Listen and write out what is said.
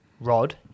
Rod